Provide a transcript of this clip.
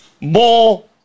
more